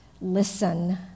Listen